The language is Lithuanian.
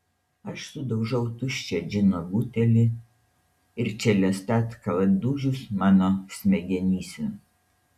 aš sudaužau tuščią džino butelį ir čelesta atkala dūžius mano smegenyse